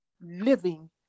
living